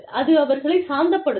அது அவர்களை சாந்தப்படுத்தும்